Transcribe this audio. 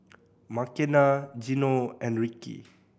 Makena Gino and Rickey